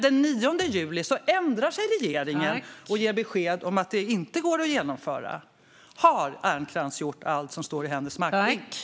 Den 9 juli ändrar sig regeringen och ger besked om att det inte går att genomföra. Har Ernkrans gjort allt som står i hennes makt?